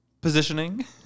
positioning